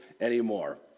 anymore